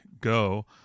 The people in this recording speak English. Go